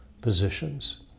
positions